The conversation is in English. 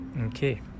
Okay